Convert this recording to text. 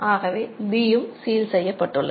ஆகவே B யும் seal செய்யப்பட்டுள்ளது